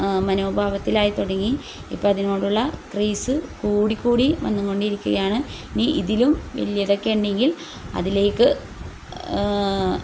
മനോഭാവത്തിലായി തുടങ്ങി ഇപ്പം അതിനോടുള്ള ക്രീസ് കൂടിക്കൂടി വന്നുകൊണ്ടിരിക്കുകയാണ് ഇനി ഇതിലും വലിയതൊക്കെയുണ്ടെങ്കിൽ അതിലേക്ക്